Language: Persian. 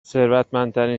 ثروتمندترین